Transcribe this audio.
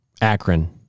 Akron